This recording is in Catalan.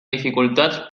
dificultats